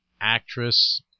actress